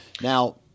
now